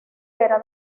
era